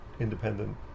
independent